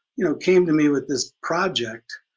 you know came to me with this project,